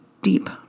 deep